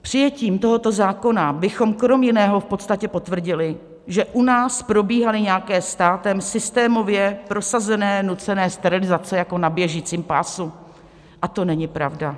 Přijetím tohoto zákona bychom krom jiného v podstatě potvrdili, že u nás probíhaly nějaké státem systémově prosazené nucené sterilizace jako na běžícím pásu, a to není pravda.